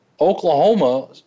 Oklahoma